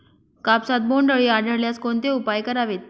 कापसात बोंडअळी आढळल्यास कोणते उपाय करावेत?